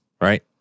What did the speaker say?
right